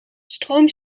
stroom